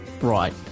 Right